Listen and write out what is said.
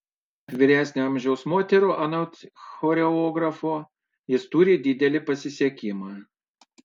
mat tarp vyresnio amžiaus moterų anot choreografo jis turi didelį pasisekimą